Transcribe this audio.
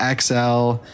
XL